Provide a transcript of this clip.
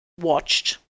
watched